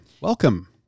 Welcome